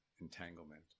entanglement